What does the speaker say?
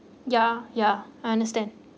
ya ya I understand